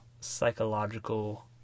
psychological